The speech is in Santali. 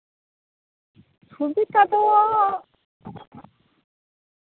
ᱥᱩᱵᱤᱛᱟ ᱫᱚ